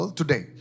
today